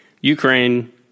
Ukraine